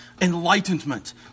Enlightenment